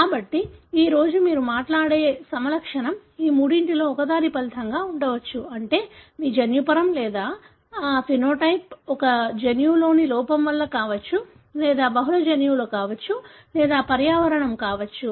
కాబట్టి ఈ రోజు మీరు మాట్లాడే సమలక్షణం ఈ మూడింటిలో ఒకదాని ఫలితంగా ఉండవచ్చు అంటే మీ జన్యురూపం లేదా సమలక్షణం ఒక జన్యువులోని లోపం వల్ల కావచ్చు లేదా బహుళ జన్యువులు కావచ్చు లేదా పర్యావరణం కావచ్చు